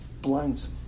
blinds